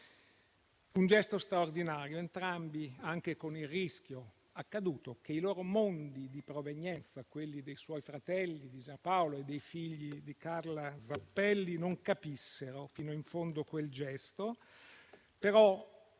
un gesto straordinario, per entrambi, anche con il rischio - poi accaduto - che i loro mondi di provenienza, quello dei fratelli di Giampaolo e dei figli di Carla Zappelli, non capissero fino in fondo quel gesto. È però